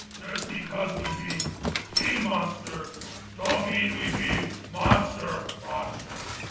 just because we be team monster don't mean we be monster monster.